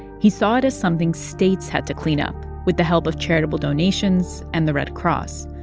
he saw it as something states had to clean up with the help of charitable donations and the red cross.